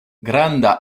granda